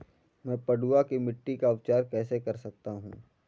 मैं पडुआ की मिट्टी का उपचार कैसे कर सकता हूँ?